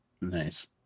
Nice